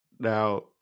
now